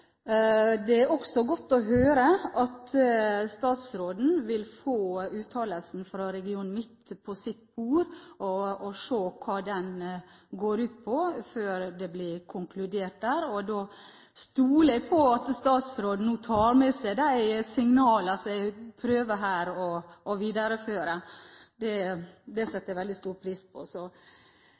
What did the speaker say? Det er også godt å høre at statsråden vil få uttalelsen fra Region midt på sitt bord og se hva den går ut på, før det blir konkludert der. Da stoler jeg på at statsråden tar med seg de signalene som jeg her prøver å videreføre. Det setter jeg veldig stor pris på.